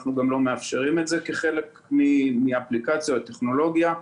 לא מאפשרים את זה בטכנולוגיה שלנו.